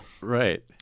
Right